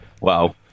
Wow